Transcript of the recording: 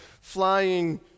flying